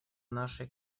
нашей